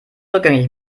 rückgängig